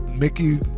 Mickey